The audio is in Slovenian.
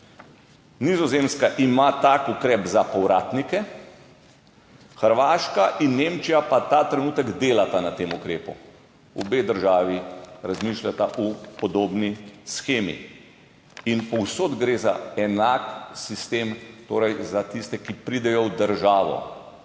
Nizozemska ima tak ukrep za povratnike, Hrvaška in Nemčija pa ta trenutek delata na tem ukrepu. Obe državi razmišljata o podobni shemi. In povsod gre za enak sistem, torej za tiste, ki pridejo v državo.